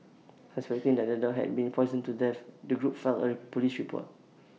suspecting that the dog had been poisoned to death the group filed A Police report